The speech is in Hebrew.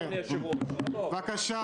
סליחה.